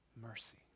mercy